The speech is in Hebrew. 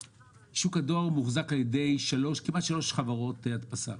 מוחזק על ידי שלוש חברות הדפסה